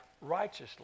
righteously